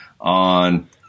on